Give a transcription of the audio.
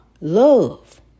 Love